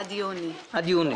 עד יוני.